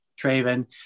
Traven